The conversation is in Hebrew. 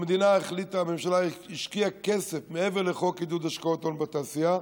הממשלה השקיעה כסף מעבר לחוק עידוד השקעות הון בתעשייה,